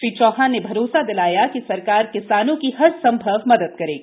श्री चौहान ने भरोसा दिलाया कि सरकार किसानों की हरसंभव मदद करेगी